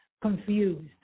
confused